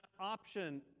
option